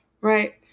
right